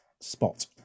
spot